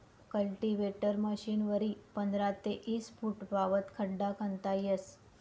cultivator मशीनवरी पंधरा ते ईस फुटपावत खड्डा खणता येस